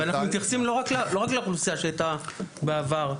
ואנחנו מתייחסים לא רק לאוכלוסייה שהייתה בעבר.